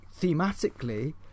thematically